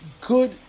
good